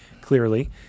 Clearly